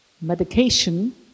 medication